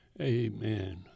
Amen